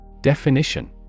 Definition